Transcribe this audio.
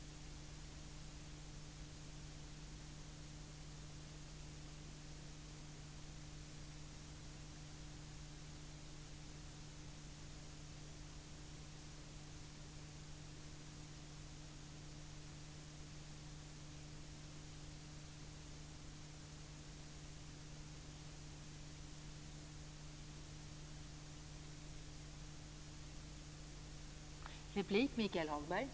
Det är klart att vi kan ställa upp på en gemensam politik när det gäller det här, om vi får vara med och formulera den så att det inte bara blir ensidigt från Miljöpartiets sida. Vi vill värna den ekologiska produktionen. Vi har ännu inte nått 20 %, men kan vi nå upp till 20 % med hjälp av en sådan artikel skulle naturligtvis mycket vara vunnet.